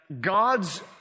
God's